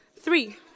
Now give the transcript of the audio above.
Three